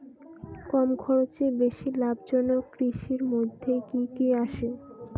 কম খরচে বেশি লাভজনক কৃষির মইধ্যে কি কি আসে?